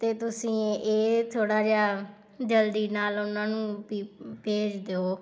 ਅਤੇ ਤੁਸੀਂ ਇਹ ਥੋੜ੍ਹਾ ਜਿਹਾ ਜਲਦੀ ਨਾਲ ਉਹਨਾਂ ਨੂੰ ਵੀ ਭੇਜ ਦਿਓ